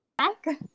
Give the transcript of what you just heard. Hi